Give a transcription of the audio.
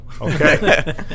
Okay